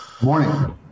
Morning